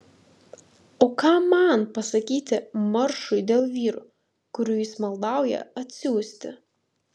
o ką man pasakyti maršui dėl vyrų kurių jis maldauja atsiųsti